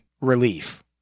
relief